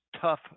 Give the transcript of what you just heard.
tough